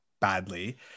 badly